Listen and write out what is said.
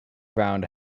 round